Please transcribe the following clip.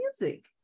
music